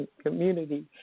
community